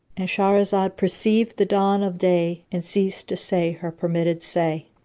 and shahrazad perceived the dawn of day and ceased to say her permitted say.